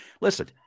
listen